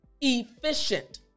efficient